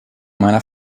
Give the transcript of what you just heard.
meiner